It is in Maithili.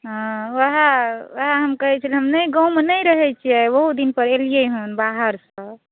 ओएह ओएह हम कहे छलहुँ हम नहि गाँवमे नहि रहए छिऐ बहुत दिन पे एलिऐ हंँ बाहरसंँ